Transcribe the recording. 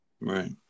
Right